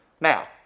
Now